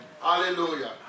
Hallelujah